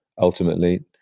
ultimately